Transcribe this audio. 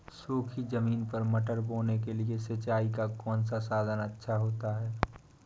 सूखी ज़मीन पर मटर बोने के लिए सिंचाई का कौन सा साधन अच्छा होता है?